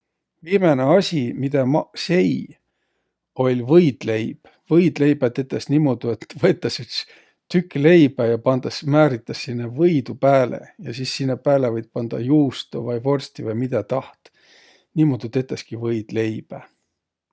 Viimäne asi, midä maq sei, olľ võidleib. Võidleibä tetäs niimuudu, et võetas üts tükk leibä ja pandas määritäs sinnäq võidu pääle. Ja sis sinnäq pääle võit pandaq juusto vai vorsti vai midä taht. Niimuudu tetäski võidleibä.